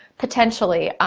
potentially.